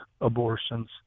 abortions